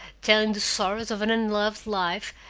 telling the sorrows of an unloved life,